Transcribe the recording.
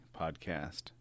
podcast